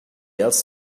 else